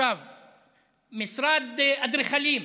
משרד אדריכלים,